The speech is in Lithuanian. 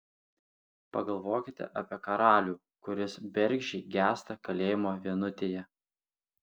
pagalvokite apie karalių kuris bergždžiai gęsta kalėjimo vienutėje